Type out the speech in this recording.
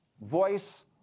voice